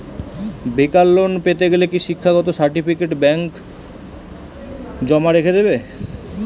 বেকার লোন পেতে গেলে কি শিক্ষাগত সার্টিফিকেট ব্যাঙ্ক জমা রেখে দেবে?